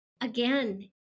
Again